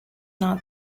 not